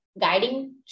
guiding